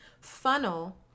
funnel